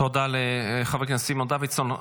תודה לחבר הכנסת סימון דוידסון.